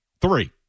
three